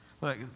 Look